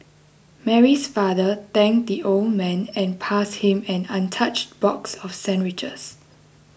Mary's father thanked the old man and passed him an untouched box of sandwiches